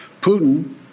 Putin